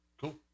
Cool